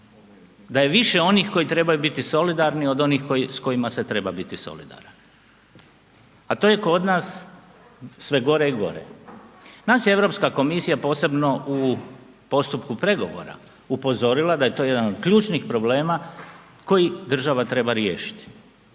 da je više onih koji trebaju biti solidarni od onih s kojima se treba biti solidaran a to je kod nas sve gore i gore. Nas je Europska komisija posebno u postupku pregovora upozorila da je to jedan od ključnih problema koji država treba riješiti